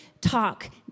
talk